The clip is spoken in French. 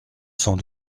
sans